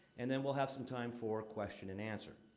and then, we'll have some time for question and answer.